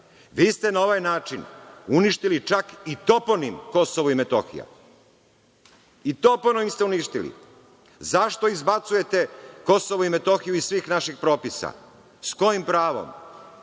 Vi ste na ovaj način uništili čak toponim Kosovo i Metohija i toponim ste uništili. Zašto izbacujete Kosovo i Metohiju iz svih naših propisa? S kojim pravom?